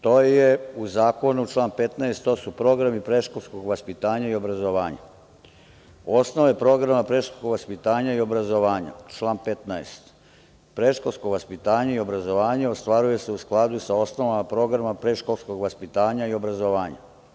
To je u zakonu član 15, to su programi predškolskog vaspitanja i obrazovanja, osnove programa predškolskog vaspitanja i obrazovanja, član 15. – predškolsko vaspitanje i obrazovanje ostvaruje se u skladu sa osnovama programa predškolskog vaspitanja i obrazovanja.